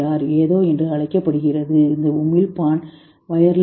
ஏதோ என்று அழைக்கப்படுகிறது இந்த உமிழ்ப்பான் வயர்லெஸ் ஈ